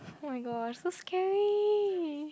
oh my gosh so scary